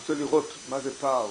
שרוצה לראות מה זה פער